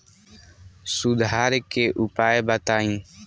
सुधार के उपाय बताई?